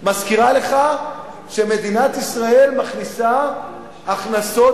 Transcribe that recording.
מזכירה לך שמדינת ישראל מכניסה הכנסות